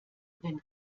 wenn